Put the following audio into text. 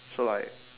so like